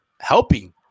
helping